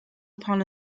upon